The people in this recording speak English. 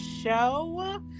show